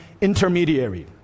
intermediary